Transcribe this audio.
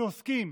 שעוסקים